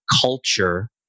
culture